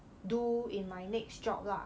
do in my next job lah